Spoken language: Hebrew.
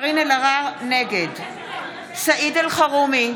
נגד סעיד אלחרומי,